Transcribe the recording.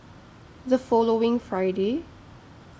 The following Friday